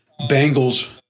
Bengals